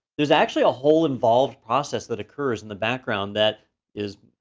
there's actually a whole involved process that occurs in the background that is,